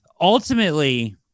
Ultimately